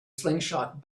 slingshot